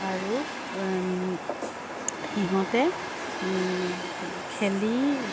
আৰু সিহঁতে খেলি